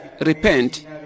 repent